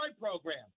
program